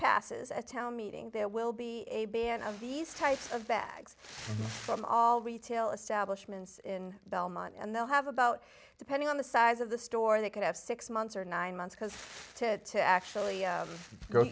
passes a town meeting there will be a ban of these types of bags from all retail establishments in belmont and they'll have about depending on the size of the store that could have six months or nine months because to actually go